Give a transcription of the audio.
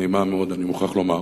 נעימה מאוד, אני מוכרח לומר.